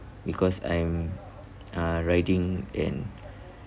because I'm uh riding and